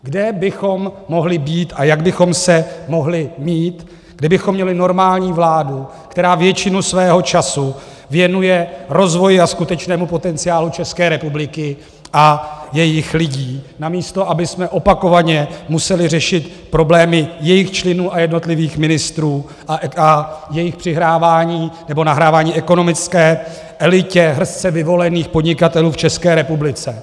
Kde bychom mohli být a jak bychom se mohli mít, kdybychom měli normální vládu, která většinu svého času věnuje rozvoji a skutečnému potenciálu České republiky a jejích lidí, namísto abychom opakovaně museli řešit problémy jejích členů a jednotlivých ministrů a jejich přihrávání nebo nahrávání ekonomické elitě, hrstce vyvolených podnikatelů v České republice.